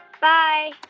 bye